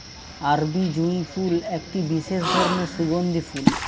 আরবি জুঁই ফুল একটি বিশেষ ধরনের সুগন্ধি ফুল